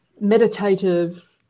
meditative